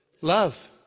Love